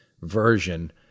version